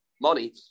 money